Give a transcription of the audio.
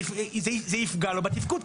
שזה יפגע לו בתפקוד.